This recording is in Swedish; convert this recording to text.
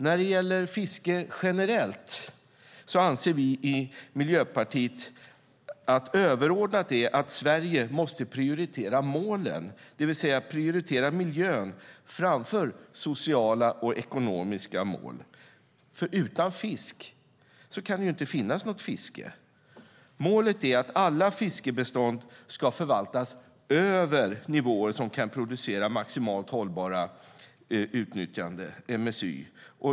När det gäller fiske generellt anser vi i Miljöpartiet att det är överordnat att Sverige måste prioritera målen, det vill säga prioritera miljön framför sociala och ekonomiska mål. Utan fisk kan det nämligen inte finnas något fiske. Målet är att alla fiskbestånd ska förvaltas över nivåer som kan producera maximalt hållbart utnyttjande, MSY.